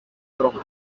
roma